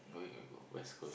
going West-Coast